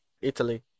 Italy